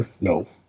No